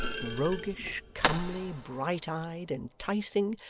roguish, comely bright-eyed, enticing,